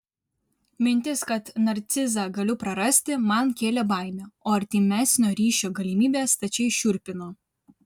mintis kad narcizą galiu prarasti man kėlė baimę o artimesnio ryšio galimybė stačiai šiurpino